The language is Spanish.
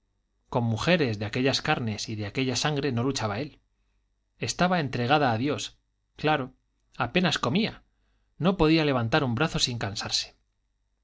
con mujeres de aquellas carnes y de aquella sangre no luchaba él estaba entregada a dios claro apenas comía no podía levantar un brazo sin cansarse